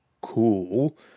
cool